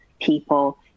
people